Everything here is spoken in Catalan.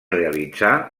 realitzar